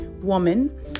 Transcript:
woman